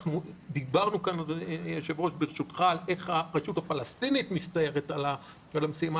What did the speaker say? דיברנו כאן על איך הרשות הפלסטינית מסתערת על המשימה